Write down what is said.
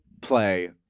play